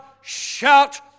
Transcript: shout